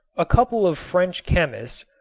a couple of french chemists,